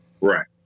Right